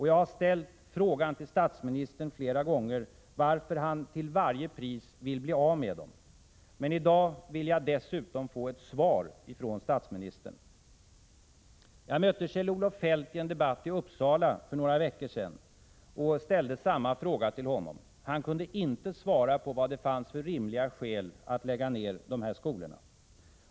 Jag har flera gånger tidigare frågat statsministern varför han till varje pris vill bli av med dem — men i dag vill jag dessutom få ett svar från statsministern. Jag mötte Kjell-Olof Feldt i en debatt i Uppsala för några veckor sedan och ställde samma fråga till honom. Han kunde inte ge besked om vad det finns för rimliga skäl till att lägga ned dessa skolor.